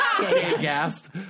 gasped